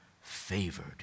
favored